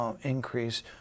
increase